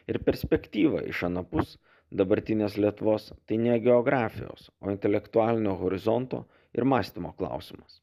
ir perspektyva iš anapus dabartinės lietuvos tai ne geografijos o intelektualinio horizonto ir mąstymo klausimas